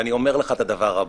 ואני אומר לך את הדבר הבא,